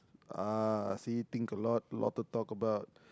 ah see think a lot a lot to talk about